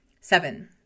seven